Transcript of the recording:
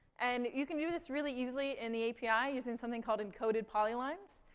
and you can do this really easily in the api using something called encoded polylines.